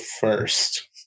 first